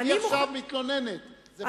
היא עכשיו מתלוננת, זה ברור.